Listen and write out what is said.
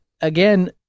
again